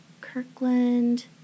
Kirkland